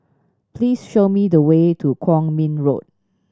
please show me the way to Kwong Min Road